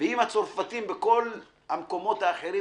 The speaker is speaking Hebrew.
ואם הצרפתיים וכל המקומות האחרים,